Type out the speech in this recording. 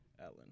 Ellen